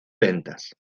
ventas